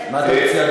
מה אתה מציע,